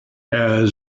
jack